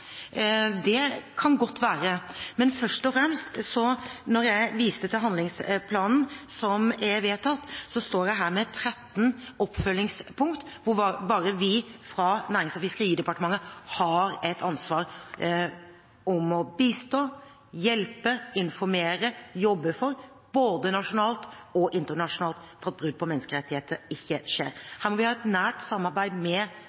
det kan godt være. Men først og fremst – når jeg viste til handlingsplanen som er vedtatt – står jeg her med 13 oppfølgingspunkter hvor bare vi fra Nærings- og fiskeridepartementet har et ansvar for å bistå, hjelpe, informere og å jobbe både nasjonalt og internasjonalt for at brudd på menneskerettigheter ikke skjer. Her må vi ha et nært samarbeid med